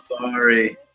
sorry